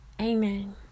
Amen